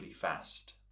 fast